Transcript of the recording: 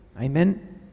Amen